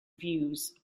views